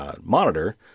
monitor